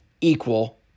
equal